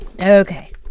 Okay